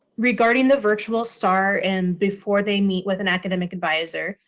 regarding the virtual star and before they meet with an academic adviser,